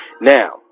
Now